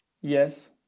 Yes